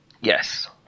Yes